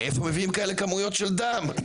מאיפה מביאים כאלה כמויות של דם?